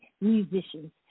musicians